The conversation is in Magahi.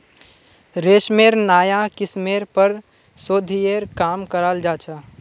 रेशमेर नाया किस्मेर पर शोध्येर काम कराल जा छ